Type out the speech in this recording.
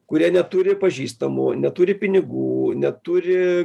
kurie neturi pažįstamų neturi pinigų neturi